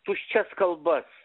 tuščias kalbas